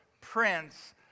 Prince